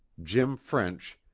jim french,